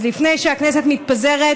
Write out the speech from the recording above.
אז לפני שהכנסת מתפזרת,